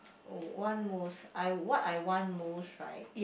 oh want most I what I want most right